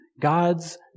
God's